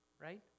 right